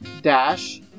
Dash